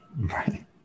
Right